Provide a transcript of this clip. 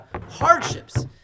hardships